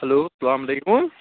hello اسلامُ علیکُم